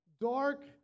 dark